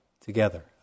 together